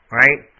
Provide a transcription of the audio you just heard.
right